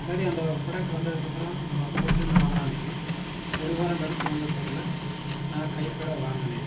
சரி அந்த புரோடெக்ட் வந்ததுக்கப்புறம் நம்ம பொறுத்து இருந்து வாங்கலாம்னு சொல்லி ஒரு வாரம் கழிச்சி வந்த பொருளை நான் கைப்பட வாங்கினேன்